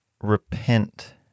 repent